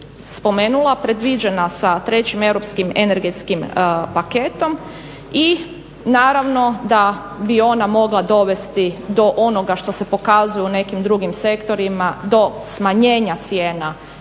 spomenula predviđena sa trećim europskim energetskim paketom i naravno da bi ona mogla dovesti do onoga što se pokazuje u nekim drugim sektorima do smanjenja cijena